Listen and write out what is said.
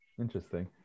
Interesting